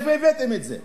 מאיפה הבאתם את זה?